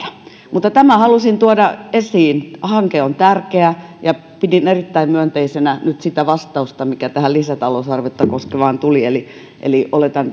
tämän minä halusin tuoda esiin hanke on tärkeä ja pidin erittäin myönteisenä nyt sitä vastausta mikä tähän lisätalousarviota koskevaan kysymykseen tuli eli eli oletan